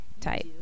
type